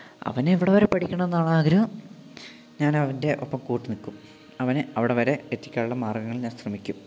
അവനെവിടെ വരെ പഠിക്കണമെന്നാണോ ആഗ്രഹം ഞാനവൻറ്റെയൊപ്പം കൂട്ട് നിക്കും അവനെ അവിടെ വരെ എത്തിക്കാനുള്ള മാർഗ്ഗങ്ങൾ ഞാൻ ശ്രമിക്കും